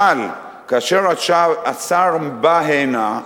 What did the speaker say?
אבל כאשר השר בא הנה,